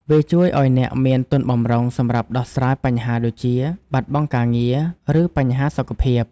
វាជួយឱ្យអ្នកមានទុនបម្រុងសម្រាប់ដោះស្រាយបញ្ហាដូចជា បាត់បង់ការងារ ឬបញ្ហាសុខភាព។